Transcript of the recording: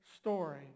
story